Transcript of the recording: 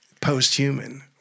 Post-human